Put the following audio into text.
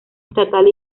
estatal